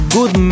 Good